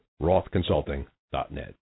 rothconsulting.net